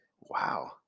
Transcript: Wow